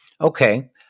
Okay